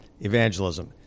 evangelism